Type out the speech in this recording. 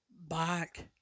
back